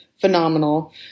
phenomenal